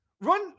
run